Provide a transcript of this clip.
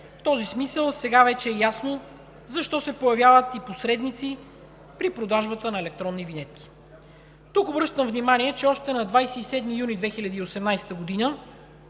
В този смисъл сега вече е ясно защо се появяват и посредници при продажбата на електронни винетки. Тук обръщам внимание, че още на 27 юли 2018 г.